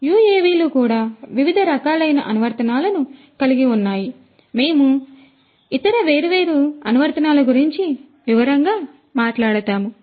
యుఎవిలు కూడా వివిధ రకాలైన అనువర్తనాలను కలిగి ఉన్నాయి మేము వేర్వేరు ఇతర అనువర్తనాల గురించి వివరంగా మాట్లాడుతాము